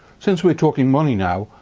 since we're talking money now,